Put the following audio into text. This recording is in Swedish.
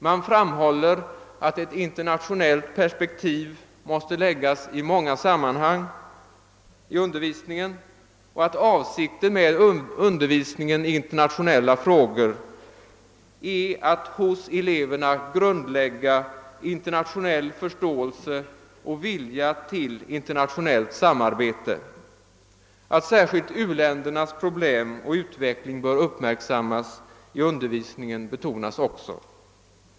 Man framhåller att ett internationellt perspektiv bör anläggas i många sammanhang i undervisningen och att avsikten med undervisningen i internationella frågor är att hos eleverna grundlägga internationell förståelse och vilja till internationellt samarbete. Att särskilt u-ländernas problem och utveckling bör uppmärksammas i undervisningen betonas också.